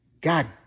God